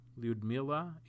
Lyudmila